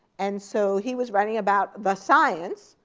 and so he was writing about the science,